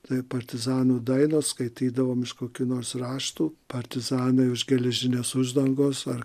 tai partizanų dainos skaitydavom iš kokių nors raštų partizanai už geležinės uždangos ar